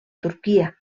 turquia